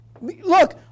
Look